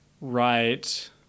Right